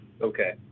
Okay